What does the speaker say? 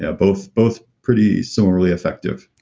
ah both, both pretty similarly effective.